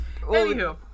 Anywho